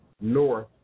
north